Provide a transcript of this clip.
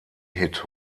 hit